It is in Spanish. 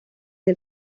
del